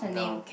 no